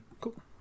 Cool